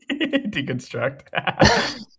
deconstruct